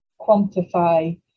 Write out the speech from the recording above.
quantify